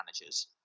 managers